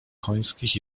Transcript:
końskich